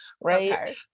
right